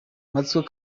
matsiko